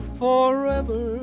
forever